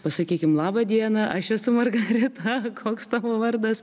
pasakykim laba diena aš esu margarita koks tavo vardas